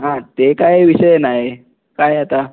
हां ते काही विषय नाही काय आता